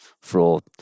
fraud